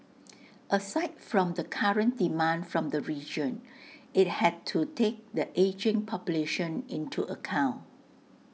aside from the current demand from the region IT had to take the ageing population into account